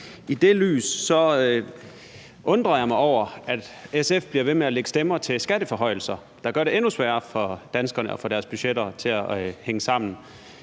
I det lys undrer jeg mig over, at SF bliver ved med at lægge stemmer til skatteforhøjelser, der gør det endnu sværere for danskerne at få deres budgetter til at hænge sammen.